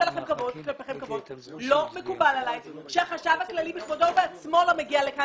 לא מקובל עלי שהחשב הכללי בכבודו ובעצמו לא מגיע לכאן